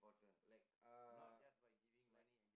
like uh like